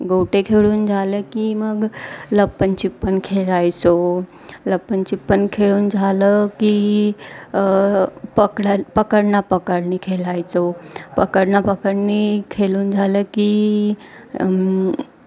गोटे खेळून झालं की मग लप्पनछिप्पन खेळायचो लप्पनछिप्पन खेळून झालं की पकडा पकडना पकडनी खेळायचो पकडणा पकडनी खेळून झालं की